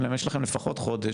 אומרים להם יש לכם לפחות חודש,